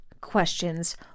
questions